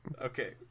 Okay